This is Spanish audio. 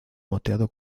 moteado